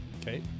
Okay